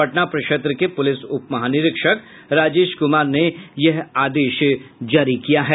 पटना प्रक्षेत्र के पुलिस उप महानिरीक्षक राजेश कुमार ने यह आदेश जारी किया है